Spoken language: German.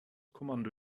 kommando